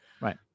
right